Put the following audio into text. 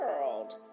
world